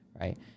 right